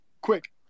Quick